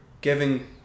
giving